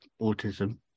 autism